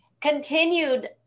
continued